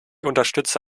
unterstütze